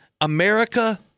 America